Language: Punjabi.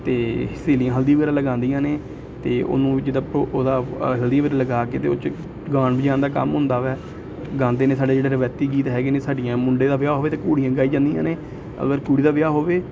ਅਤੇ ਸਹੇਲੀਆਂ ਹਲਦੀ ਵਗੈਰਾ ਲਗਾਉਂਦੀਆਂ ਨੇ ਅਤੇ ਉਹਨੂੰ ਜਿੱਦਾਂ ਪੁ ਉਹਦਾ ਹਲਦੀ ਵਗੈਰਾ ਲਗਾ ਕੇ ਅਤੇ ਉਹ 'ਚ ਗਾਉਣ ਵਜਾਉਣ ਦਾ ਕੰਮ ਹੁੰਦਾ ਹੈ ਗਾਉਂਦੇ ਨੇ ਸਾਡੇ ਜਿਹੜੇ ਰਵਾਇਤੀ ਗੀਤ ਹੈਗੇ ਨੇ ਸਾਡੀਆਂ ਮੁੰਡੇ ਦਾ ਵਿਆਹ ਹੋਵੇ ਤਾਂ ਘੋੜੀਆਂ ਗਾਈਆਂ ਨੇ ਅਗਰ ਕੁੜੀ ਦਾ ਵਿਆਹ ਹੋਵੇ